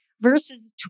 verses